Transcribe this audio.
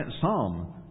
Psalm